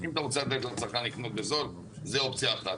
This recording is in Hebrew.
אם אתה רוצה לתת לצרכן לקנות בזול זו אופציה אחת.